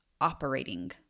operating